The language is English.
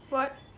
what